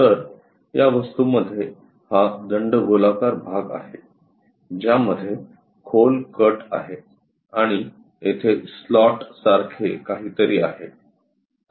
तर या वस्तूमध्ये हा दंडगोलाकार भाग आहे ज्यामध्ये खोल कट आहे आणि तेथे स्लॉटसारखे काहीतरी आहे